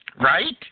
right